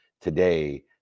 today